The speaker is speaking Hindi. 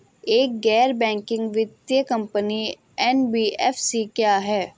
एक गैर बैंकिंग वित्तीय कंपनी एन.बी.एफ.सी क्या है?